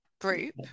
group